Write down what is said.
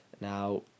Now